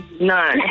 No